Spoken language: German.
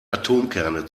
atomkerne